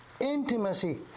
Intimacy